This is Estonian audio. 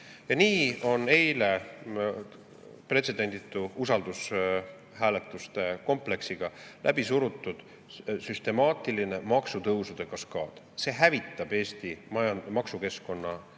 suruti eile pretsedenditu usaldushääletuste kompleksiga läbi süstemaatiline maksutõusude kaskaad. See hävitab Eesti maksukeskkonna